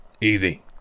Easy